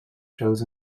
shows